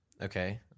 okay